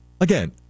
Again